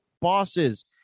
bosses